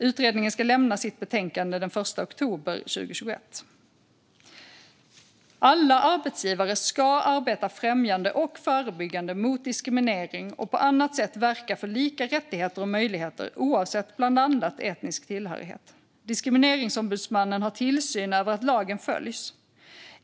Utredningen ska lämna sitt betänkande den 1 oktober 2021. Alla arbetsgivare ska arbeta främjande och förebyggande mot diskriminering och på annat sätt verka för lika rättigheter och möjligheter oavsett bland annat etnisk tillhörighet. Diskrimineringsombudsmannen har tillsyn över att lagen följs.